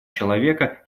человека